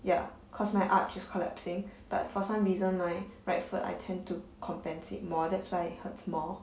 ya because my arch is collapsing but for some reason my right foot I tend to compensate more that's why it hurts more